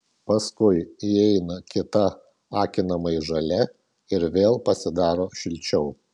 paskui įeina kita akinamai žalia ir vėl pasidaro šilčiau